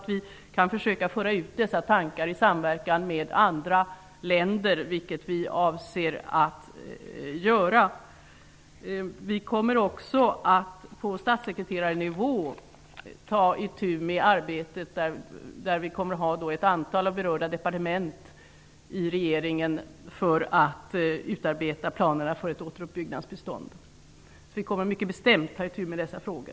Vi kan försöka föra ut dessa tankar i samverkan med andra länder, vilket vi avser att göra. Vi kommer också att på statssekretarnivå ta itu med arbetet. Ett antal berörda departement kommer att utarbeta planer för ett återuppbyggnadsbistånd. Vi kommer mycket bestämt att ta itu med dessa frågor.